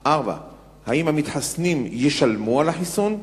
4. האם המתחסנים ישלמו על החיסון?